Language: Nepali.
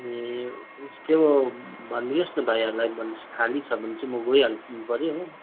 ए त्यो भनिदिनुहोस् न भाइहरूलाई भन्योपछि खाली छ भने चाहिँ म गइहाल्नु पर्यो हो